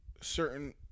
Certain